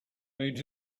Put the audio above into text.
made